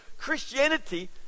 Christianity